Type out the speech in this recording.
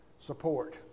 support